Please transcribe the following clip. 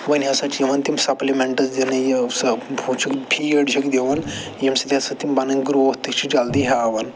وۄنۍ ہسا چھِ یِوان تِم سپلِمٮ۪نٛٹٕس دِنہٕ یہِ سُہ فیٖڈ چھِکھ دِوان ییٚمہِ سۭتۍ ہسا تِم پَنٕنۍ گرٛوتھ تہِ چھِ جلدی ہاوان